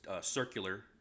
circular